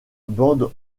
bande